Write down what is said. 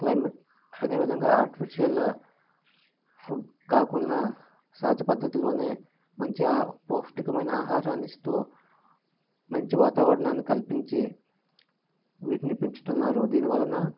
climate అదే విధంగా artificial food కాకుండా సహజ పద్ధతిలోనే మంచి ఆ పౌష్టికమైన ఆహారాన్నిస్తూ మంచి వాతావరణాన్ని కల్పించి వీటిని పెంచుతున్నారు దీనివలన